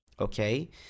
Okay